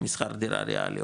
משכר דירה ריאלי,